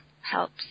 helps